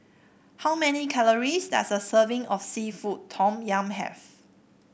how many calories does a serving of seafood Tom Yum have